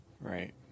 Right